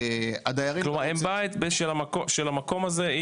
הדיירים --- כלומר אם בית של המקום הזה,